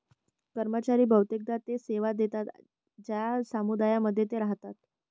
कर्मचारी बहुतेकदा ते सेवा देतात ज्या समुदायांमध्ये ते राहतात